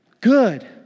good